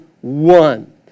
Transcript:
one